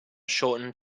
shortened